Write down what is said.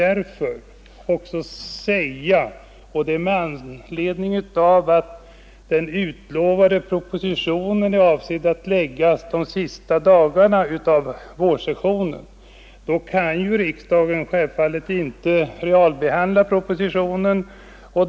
Eftersom den utlovade propositionen är avsedd att läggas fram de sista dagarna av vårsessionen kan riksdagen självfallet inte hinna realbehandla propositionen.